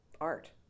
art